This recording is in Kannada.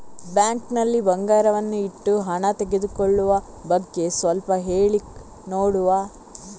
ಬ್ಯಾಂಕ್ ನಲ್ಲಿ ಬಂಗಾರವನ್ನು ಇಟ್ಟು ಹಣ ತೆಗೆದುಕೊಳ್ಳುವ ಬಗ್ಗೆ ಸ್ವಲ್ಪ ಹೇಳಿ ನೋಡುವ?